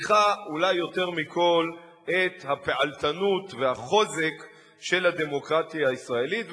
מוכיחה אולי יותר מכול את הפעלתנות והחוזק של הדמוקרטיה הישראלית.